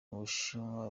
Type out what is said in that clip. ubushinwa